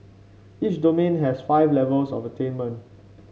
each domain has five levels of attainment